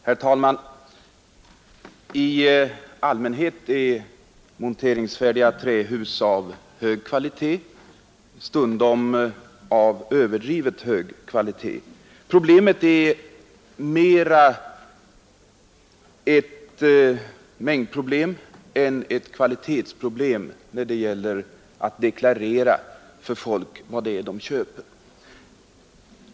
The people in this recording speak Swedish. Herr talman! I allmänhet är monteringsfärdiga trähus av hög kvalitet — stundom är kvaliteten överdrivet hög. Det är mera ett mängdproblem än ett kvalitetsproblem att deklarera för folk vad de köper med byggsatsen.